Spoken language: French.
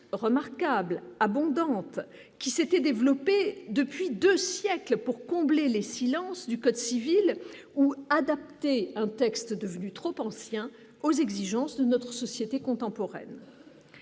remarquables abondante qui s'était développée depuis 2 siècles pour combler les silences du code civil ou adapter un texte devenu trop anciens, aux exigences de notre société contemporaine